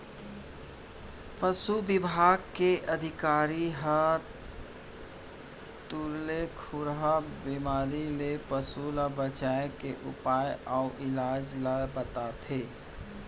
पसु बिभाग के अधिकारी ह तुरते खुरहा बेमारी ले पसु ल बचाए के उपाय अउ इलाज ल बताथें